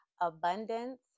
abundance